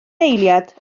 eiliad